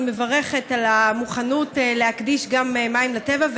אני מברכת על המוכנות להקדיש גם מים לטבע,